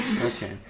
Okay